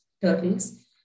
turtles